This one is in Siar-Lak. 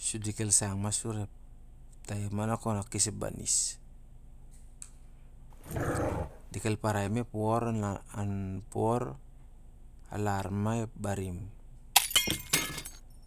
Sur dekel sang ma sur ep taim ma konep ankes ep ban is. Dekel parai ma ep wor alar ep barim.